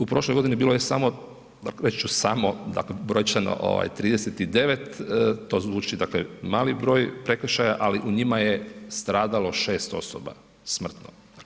U prošloj godini bilo je samo, reći ću samo, dakle brojčano 39, to zvuči dakle mali broj prekršaja ali u njima je stradalo 6 osoba smrtno.